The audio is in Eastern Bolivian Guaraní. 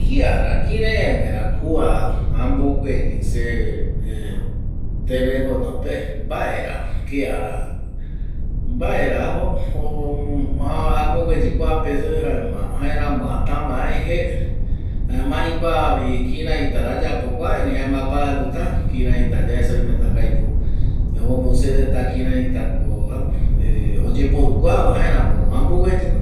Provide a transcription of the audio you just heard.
Kia ra kirai ague ra kua ambogueyi se eh telefono pe mbae ra, kiara mbaera apo ah ambogueyi kuape se jaema, jaeramo atu amae ae je jaema aikuaa vi kiraita ra ayapokua erei jaema aparanduta kiraita yaesa oimeta ko aipo omombeu se reta kiraita ko apo eh oyeporu kua va jaeramo no ambogueyi no